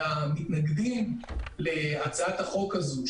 המתנגדים להצעת החוק הזו,